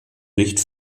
nicht